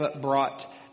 brought